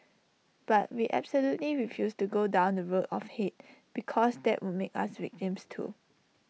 but we absolutely refused to go down the road of hate because that would make us victims too